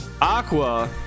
aqua